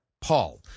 paul